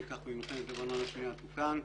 דווקא שם ציינו שכלקח ממלחמת לבנון השנייה המצב תוקן.